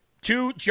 two